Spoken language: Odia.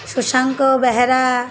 ସୁଷାନ୍ତ ବେହେରା